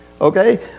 okay